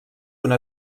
una